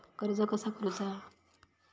कर्ज कसा करूचा?